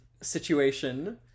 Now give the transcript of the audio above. situation